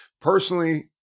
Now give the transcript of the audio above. personally